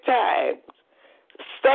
times